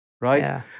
right